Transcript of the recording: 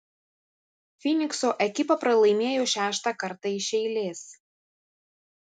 fynikso ekipa pralaimėjo šeštą kartą iš eilės